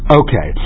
okay